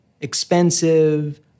expensive